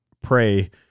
pray